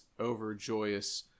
overjoyous